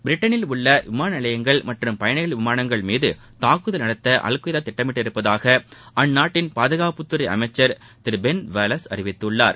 பிரிட்டனில் உள்ள விமானநிலையங்கள் மற்றும் பயணிகள் விமானங்கள் மீது தாக்குதல் நடத்த அல்கொய்தா திட்டமிட்டுள்ளதாக அந்நாட்டின் பாதுகாப்புத்துறை அமைச்சர் திரு பென் வெல்லாஸ் தெரிவித்துள்ளார்